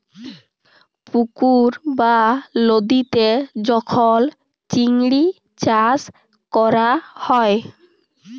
পুকুর বা লদীতে যখল চিংড়ি চাষ ক্যরা হ্যয়